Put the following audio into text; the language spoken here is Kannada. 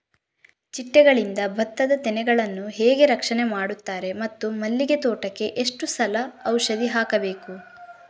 ಚಿಟ್ಟೆಗಳಿಂದ ಭತ್ತದ ತೆನೆಗಳನ್ನು ಹೇಗೆ ರಕ್ಷಣೆ ಮಾಡುತ್ತಾರೆ ಮತ್ತು ಮಲ್ಲಿಗೆ ತೋಟಕ್ಕೆ ಎಷ್ಟು ಸಲ ಔಷಧಿ ಹಾಕಬೇಕು?